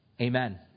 Amen